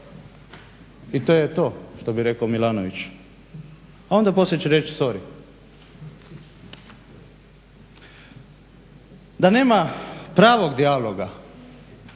I to je to, što bi rekao Milanović, a onda poslije će reći sorry. Da nema pravog dijaloga